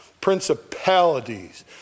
principalities